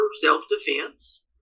self-defense